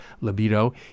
libido